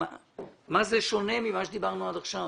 מה זה שונה ממה שאמרנו עד עכשיו?